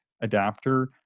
adapter